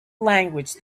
language